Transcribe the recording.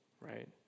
right